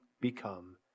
become